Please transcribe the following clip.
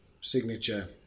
signature